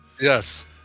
Yes